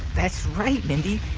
that's right, mindy.